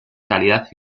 calidad